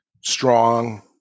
strong